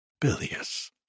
bilious